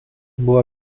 buvo